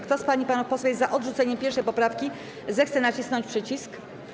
Kto z pań i panów posłów jest za odrzuceniem 1. poprawki, zechce nacisnąć przycisk.